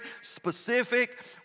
specific